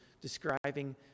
describing